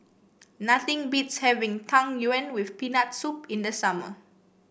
nothing beats having Tang Yuen with Peanut Soup in the summer